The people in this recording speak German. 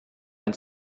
ein